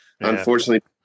unfortunately